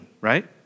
right